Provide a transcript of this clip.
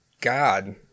God